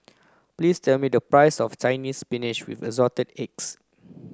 please tell me the price of Chinese Spinach with Assorted Eggs